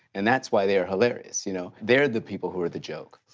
and that's why they are hilarious, you know. they are the people who are the joke.